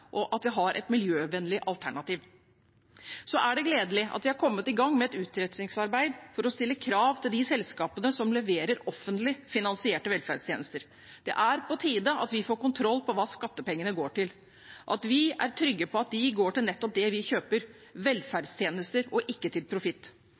og at vi har et miljøvennlig alternativ. Så er det gledelig at vi er kommet i gang med et utredningsarbeid for å stille krav til de selskapene som leverer offentlig finansierte velferdstjenester. Det er på tide at vi får kontroll på hva skattepengene går til, at vi er trygge på at de går til nettopp det vi kjøper